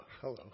hello